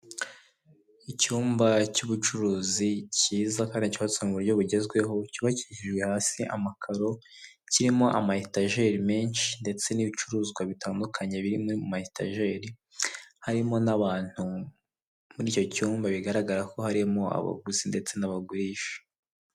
Icyumba cy'ubucuruzi cyiza kandi cyubatse mu buryo bugezweho, cyubakishijwe hasi amakaro, kirimo ama etajeri menshi ndetse n'ibicuruzwa bitandukanye biri mu ma etajeri harimo n'abantu muri icyo cyumba bigaragara ko harimo abaguzi ndetse n'abagurisha.